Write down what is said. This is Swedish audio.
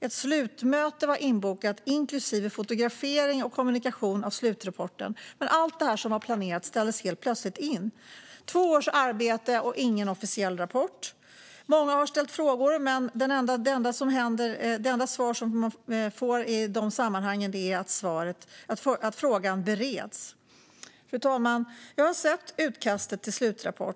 Ett slutmöte var inbokat, inklusive fotografering och kommunikation av slutrapporten, men allt som var planerat ställdes helt plötsligt in. Det var två års arbete, och det finns ingen officiell rapport. Många har ställt frågor, men det enda svar man får i de sammanhangen är att frågan bereds. Fru talman! Jag har sett utkastet till slutrapport.